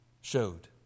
showed